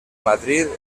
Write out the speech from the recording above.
madrid